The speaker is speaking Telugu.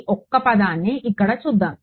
ఈ ఒక్క పదాన్ని ఇక్కడ చూద్దాం